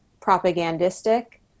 propagandistic